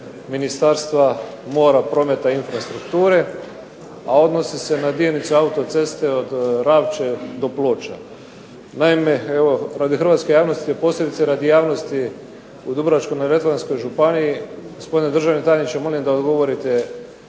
Ministarstva mora, prometa i infrastrukture, a odnosi se na jedinicu autoceste od Ravče do Ploča. Naime, evo radi hrvatske javnosti, posljedice .../Govornik se ne razumije./... u Dubrovačko-neretvanskoj županiji gospodine državni tajniče molim da odgovorite